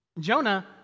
Jonah